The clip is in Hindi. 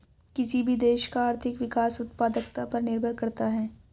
किसी भी देश का आर्थिक विकास उत्पादकता पर निर्भर करता हैं